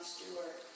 Stewart